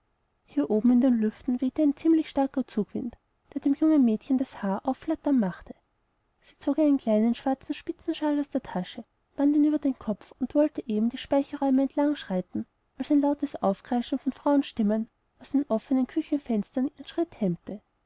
hier oben in den lüften wehte ein ziemlich starker zugwind der dem jungen mädchen das haar aufflattern machte sie zog einen kleinen schwarzen spitzenshawl aus der tasche band ihn über den kopf und wollte eben die speicherräume entlang schreiten als ein lautes aufkreischen von frauenstimmen aus den offenen küchenfenstern ihren schritt hemmte